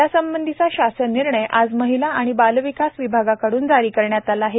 यासंबंधीचा शासन निर्णय आज महिला आणि बाल विकास विभागाकडून जारी करण्यात आला आहे